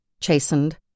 chastened